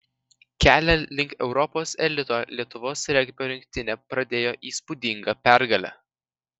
kelią link europos elito lietuvos regbio rinktinė pradėjo įspūdinga pergale